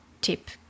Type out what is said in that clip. tip